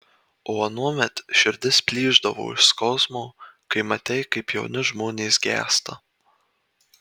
o anuomet širdis plyšdavo iš skausmo kai matei kaip jauni žmonės gęsta